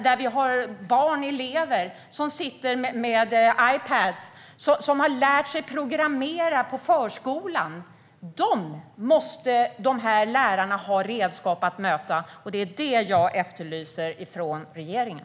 Där har vi barn, elever, som sitter med Ipadar och har lärt sig programmera på förskolan. Dessa elever måste lärarna ha redskap att möta. Det är vad jag efterlyser från regeringen.